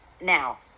Now